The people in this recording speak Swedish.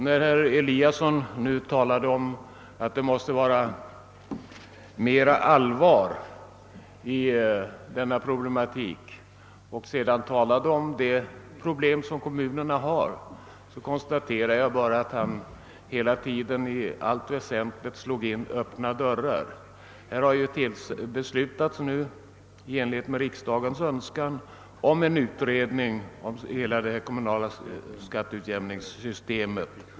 När herr Eliasson i Sundborn talade om att de problem som kommunerna har måste betraktas som mycket allvarliga konstaterar jag bara att han i allt väsentligt slog in öppna dörrar. I enlighet med riksdagens önskan har Kungl. Maj:t beslutat tillsätta en utredning beträffande hela det kommunala skatteutjämningssystemet.